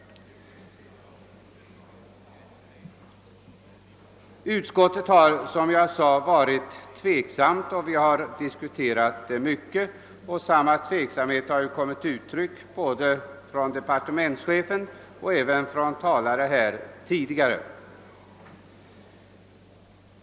Utskottet har som sagt varit tveksamt — det har diskuterat denna fråga mycket — och samma tveksamhet har kommit till uttryck både hos departementschefen och hos tidigare talare här i kammaren.